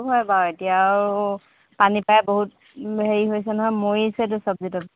হয় বাৰু এতিয়া আৰু পানী পাই বহুত হেৰি হৈছে নহয় মৰিছেতো চব্জি তব্জি